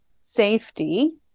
safety